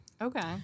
okay